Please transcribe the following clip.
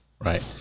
Right